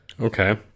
Okay